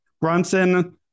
Brunson